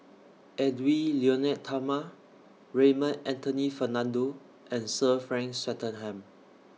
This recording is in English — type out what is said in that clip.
Edwy Lyonet Talma Raymond Anthony Fernando and Sir Frank Swettenham